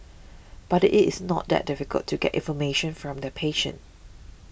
but it is not that difficult to get information from the patient